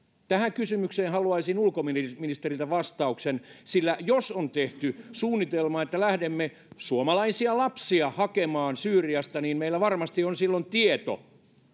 tähän kysymykseen haluaisin ulkoministeriltä vastauksen sillä jos on tehty suunnitelma että lähdemme suomalaisia lapsia hakemaan syyriasta niin meillä varmasti on silloin tieto